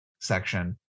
section